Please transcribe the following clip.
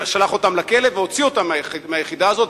שלח אותם לכלא והוציא אותם מהיחידה הזאת,